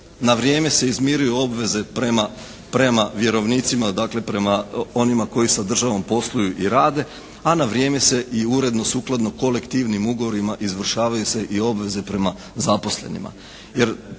Na vrijeme se izmiruju obveze prema vjerovnicima, dakle prema onima koji sa državom posluju i rade. A na vrijeme se i uredno sukladno kolektivnim ugovorima izvršavaju se i obveze prema zaposlenima.